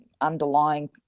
underlying